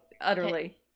utterly